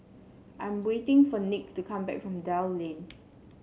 I'm waiting for Nick to come back from Dell Lane